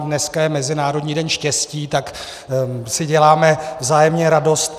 Dneska je Mezinárodní den štěstí, tak si děláme vzájemně radost.